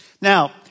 Now